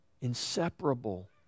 inseparable